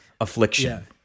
affliction